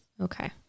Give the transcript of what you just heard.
Okay